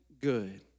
good